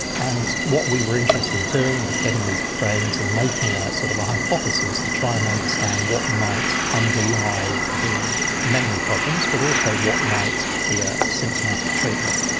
and what we were interested in doing was getting these brains and making a sort of hypothesis to try and understand what might underlie the memory problems, but also what might be a symptomatic treatment.